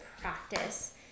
practice